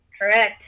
Correct